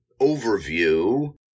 overview